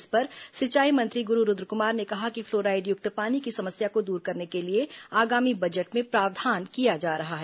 इस पर सिंचाई मंत्री गुरू रूद्रकुमार ने कहा कि फ्लोराइडयुक्त पानी की समस्या को दूर करने के लिए आगामी बजट में प्रावधान किया जा रहा है